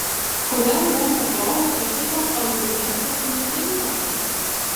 kodėl jiems atrodo kad šitas albumėcas netinkamas